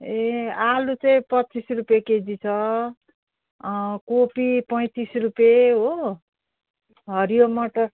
ए आलु चाहिँ पच्चिस रुपियाँ केजी छ कोपी पैँतिस रुपियाँ हो हरियो मटर